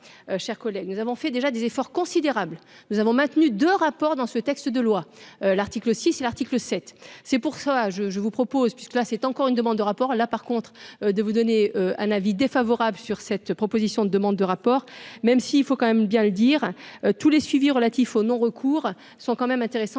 chers collègues, nous avons fait déjà des efforts considérables, nous avons maintenu de rapport dans ce texte de loi, l'article 6 et l'article 7 c'est pour ça je je vous propose, puisque là, c'est encore une demande de rapport là par contre, de vous donner un avis défavorable sur cette proposition de demandes de rapport, même s'il faut quand même bien le dire, tous les suivis relatif au non-recours sont quand même intéressant,